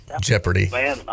Jeopardy